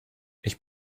ich